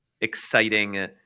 exciting